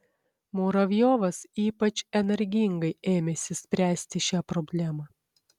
muravjovas ypač energingai ėmėsi spręsti šią problemą